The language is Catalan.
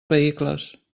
vehicles